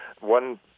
One